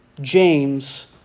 James